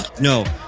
no,